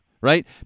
right